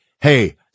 hey